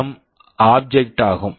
M PWM object object ஆகும்